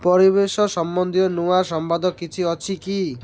ପରିବେଶ ସମ୍ବନ୍ଧୀୟ ନୂଆ ସମ୍ବାଦ କିଛି ଅଛି କି